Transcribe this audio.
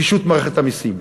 פישוט מערכת המסים.